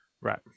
Right